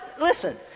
Listen